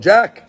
Jack